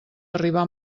arribar